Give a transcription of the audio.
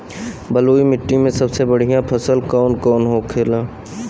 बलुई मिट्टी में सबसे बढ़ियां फसल कौन कौन होखेला?